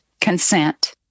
consent